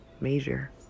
Major